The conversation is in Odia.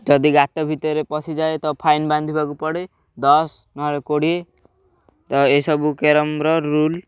ଯଦି ଗାତ ଭିତରେ ପଶିଯାଏ ତ ଫାଇନ୍ ବାନ୍ଧିବାକୁ ପଡ଼େ ଦଶ ନହେଲେ କୋଡ଼ିଏ ତ ଏସବୁ କ୍ୟାରମ୍ର ରୁଲ୍